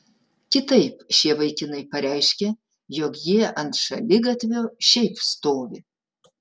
kitaip šie vaikinai pareiškia jog jie ant šaligatvio šiaip stovi